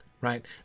Right